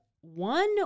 one